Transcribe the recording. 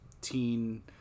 teen